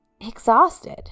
exhausted